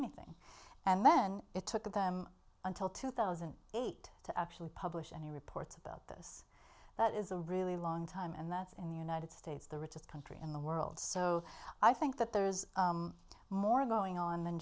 anything and then it took them until two thousand and eight to actually publish any reports about this that is a really long time and that's in the united states the richest country in the world so i think that there's more going on than